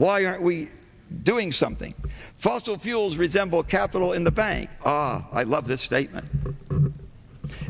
why aren't we doing something fossil fuels resemble capital in the bank i love this statement